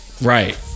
Right